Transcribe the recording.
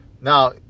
Now